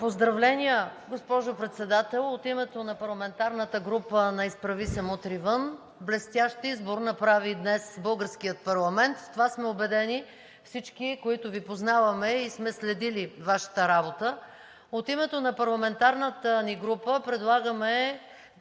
Поздравления, госпожо Председател, от името на парламентарната група на „Изправи се! Мутри вън!“ Блестящ избор направи днес българският парламент – в това сме убедени всички, които Ви познаваме и сме следили Вашата работа. От името на парламентарната ни група предлагаме